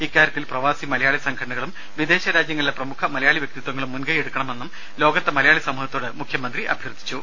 ഇക്കാര്യത്തിൽ പ്രവാസി മലയാളി സംഘടനകളും വിദേശ രാജ്യങ്ങളിലെ പ്രമുഖ മലയാളി വ്യക്തിത്വങ്ങളും മുൻകൈയെടുക്കണമെന്നും ലോകത്തെ മലയാളി സമൂഹത്തോട് മുഖ്യമന്ത്രി അഭ്യർത്ഥിച്ചു